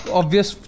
obvious